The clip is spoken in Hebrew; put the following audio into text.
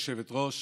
גברתי היושבת-ראש,